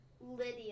Lydia